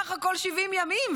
בסך הכול 70 ימים,